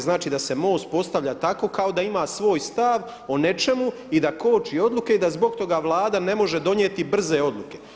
Znači da se MOST postavlja tako kao da ima svoj stav o nečemu i da koči odluke i da zbog toga Vlada ne može donijeti brze odluke.